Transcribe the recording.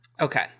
Okay